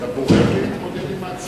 אתה בורח מלהתמודד עם ההצעה.